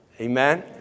amen